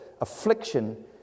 affliction